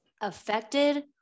affected